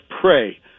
pray